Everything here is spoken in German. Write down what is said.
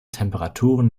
temperaturen